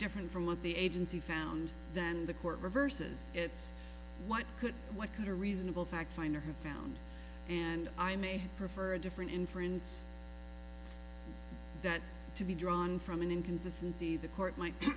different from what the agency found then the court reverses its what could what could a reasonable fact finder who found and i may prefer a different inference that to be drawn from an inconsistency the court might